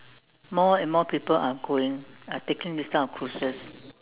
more and more people are going are taking these kind of cruises